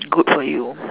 good for you